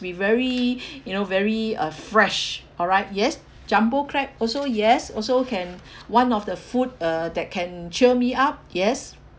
be very you know very uh fresh alright yes jumbo crab also yes also can one of the food uh that can cheer me up yes